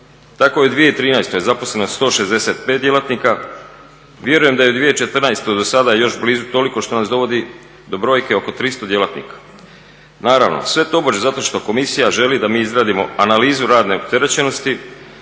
Tako je u 2013. zaposleno 165 djelatnika, vjerujem da je i u 2014. dosada još blizu toliko što nas dovodi do brojke oko 300 djelatnika. Naravno sve tobože zato što komisija želi da mi izradimo analizu radne opterećenosti